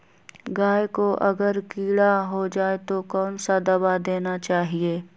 गाय को अगर कीड़ा हो जाय तो कौन सा दवा देना चाहिए?